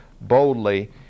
boldly